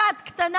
אחת קטנה,